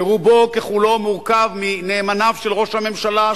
שרובו ככולו מורכב מנאמניו של ראש הממשלה,